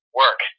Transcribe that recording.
work